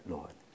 Lord